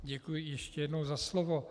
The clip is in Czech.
Děkuji ještě jednou za slovo.